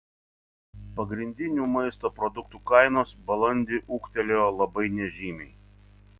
pagrindinių maisto produktų kainos balandį ūgtelėjo labai nežymiai